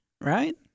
right